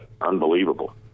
unbelievable